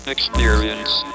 Experience